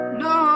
no